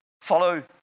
follow